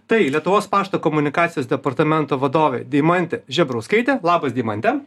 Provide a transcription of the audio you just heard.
tai lietuvos pašto komunikacijos departamento vadovė deimantė žebrauskaitė labas deimante